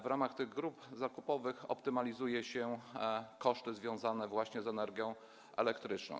W ramach tych grup zakupowych optymalizuje się koszty związane właśnie z energią elektryczną.